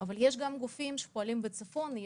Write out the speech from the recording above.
אבל יש גם גופים שפועלים בצפון.